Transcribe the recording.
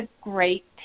great